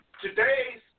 today's